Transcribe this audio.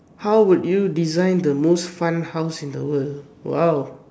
how would you design the most fun house in the world !wow!